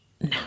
No